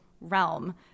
realm